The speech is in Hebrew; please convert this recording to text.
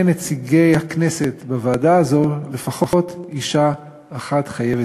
נציגי הכנסת בוועדה הזו חייבת להיות לפחות אישה אחת.